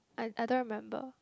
I I don't remember